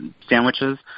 sandwiches